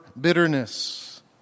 bitterness